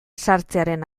sartzearen